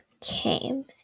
came